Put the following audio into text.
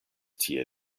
tie